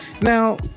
now